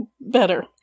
better